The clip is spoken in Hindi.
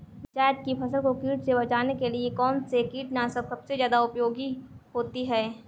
जायद की फसल को कीट से बचाने के लिए कौन से कीटनाशक सबसे ज्यादा उपयोगी होती है?